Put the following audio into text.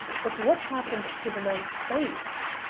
but what happened to the man's face?